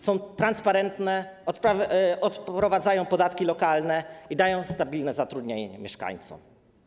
Są transparentne, odprowadzają podatki lokalne i dają stabilne zatrudnienie mieszkańcom.